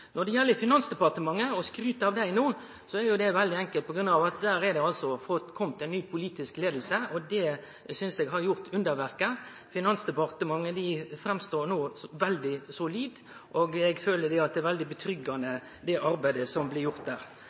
Når det gjeld Finansdepartementet og skrytet av dei no, er det veldig enkelt: Der er det no komme ei ny politisk leiing, og det synest eg har gjort underverk. Finansdepartementet framstår no som veldig solid, og eg føler med trygg på det arbeidet som blir gjort der.